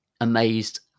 amazed